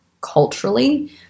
culturally